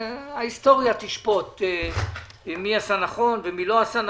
ההיסטוריה תשפוט מי עשה נכון ומי לא עשה נכון.